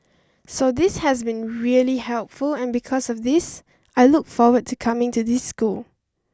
so this has been really helpful and because of this I look forward to coming to this school